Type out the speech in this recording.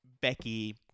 Becky